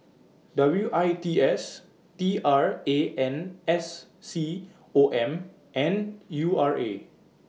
W I T S T R A N S C O M and U R A